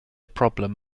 problem